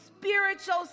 spiritual